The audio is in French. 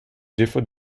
défaut